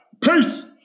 Peace